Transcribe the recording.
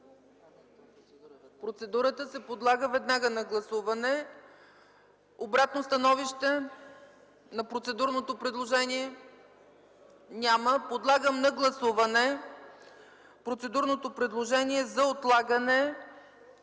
Процедурата се подлага веднага на гласуване. Обратно становище на процедурното предложение? Няма. Подлагам на гласуване процедурното предложение за отлагане